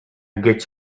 get